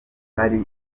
atari